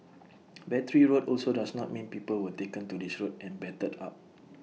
Battery Road also does not mean people were taken to this road and battered up